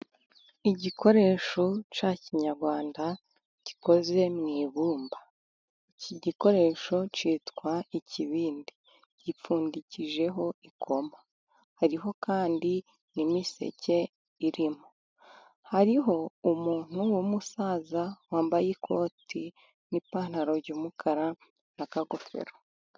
Igikoresho cya kinyarwanda gikoze mu ibumba. Iki gikoresho kitwa ikibindi, gipfundikijeho ikoma, hariho kandi n'imiseke irimo, hariho umuntu w'umusaza, wambaye ikoti, n'ipantaro y'umukara, n'akagofero.